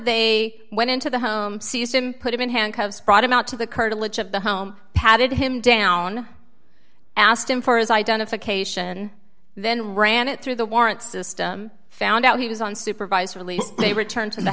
they went into the home seized him put him in handcuffs brought him out to the curtilage of the home patted him down asked him for his identification then ran it through the warrant system found out he was on supervised release they returned to the